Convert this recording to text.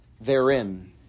therein